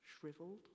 shriveled